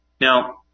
Now